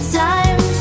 time